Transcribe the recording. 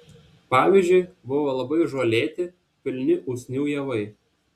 pavyzdžiui buvo labai žolėti pilni usnių javai